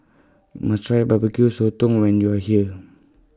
YOU must Try B B Q Sotong when YOU Are here